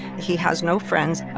he has no friends,